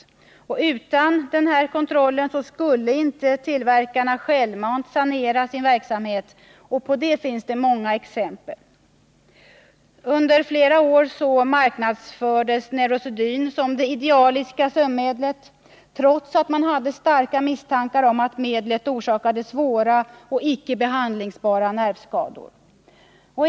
57 Utan denna kontroll skulle inte läkemedelstillverkarna självmant sanera sin verksamhet. Det finns det många exempel på. Under flera år marknadsfördes Neurosedyn som det idealiska sömnmedlet, trots att man hade starka misstankar om att medlet orsakade svåra, icke behandlingsbara nervskador.